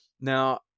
Now